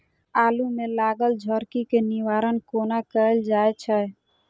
आलु मे लागल झरकी केँ निवारण कोना कैल जाय छै?